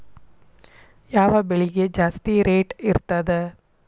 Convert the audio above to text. ಯಾವ ಬೆಳಿಗೆ ಜಾಸ್ತಿ ರೇಟ್ ಇರ್ತದ?